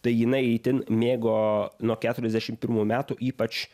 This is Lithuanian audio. tai jinai itin mėgo nuo keturiasdešimt pirmų metų ypač